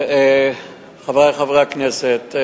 חברי חברי הכנסת,